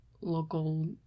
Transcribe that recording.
local